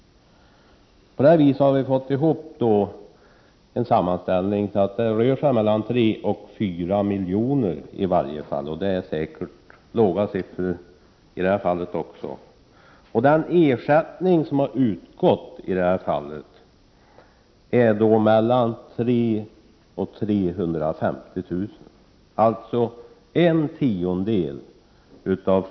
På det sättet har vi fått ihop en sammanställning som visar att det rör sig om skador för i varje fall mellan 3 och 4 miljoner, och det är säkert låga siffror. Prot. 1988/89:35 Den ersättning som i det här fallet har utgått är mellan 300 000 och 350 000 30 november 1988 kr.